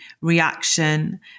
reaction